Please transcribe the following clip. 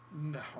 No